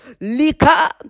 lika